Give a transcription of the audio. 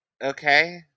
Okay